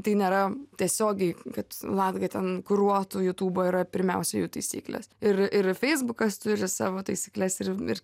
tai nėra tiesiogiai kad latga ten kuruotų jutubo yra pirmiausia jų taisyklės ir ir feisbukas turi savo taisykles ir ir